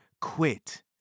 quit